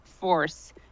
force